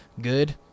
good